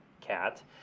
cat